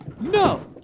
No